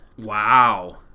Wow